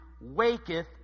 waketh